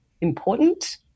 important